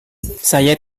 saya